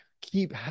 keep